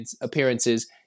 appearances